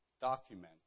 document